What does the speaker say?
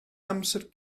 amser